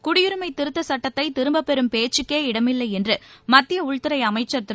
குடியுரிமை திருத்தச் சட்டத்தை திரும்பப் பெறும் பேச்சுக்கே இடமில்லை என்று மத்திய உள்துறை அமைச்சர் திரு